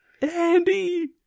Andy